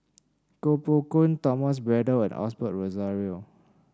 Koh Poh Koon Thomas Braddell and Osbert Rozario